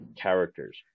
characters